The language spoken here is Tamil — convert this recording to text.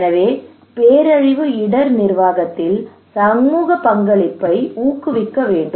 எனவே பேரழிவு இடர் நிர்வாகத்தில் சமூக பங்களிப்பை ஊக்குவிக்க வேண்டும்